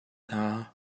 hna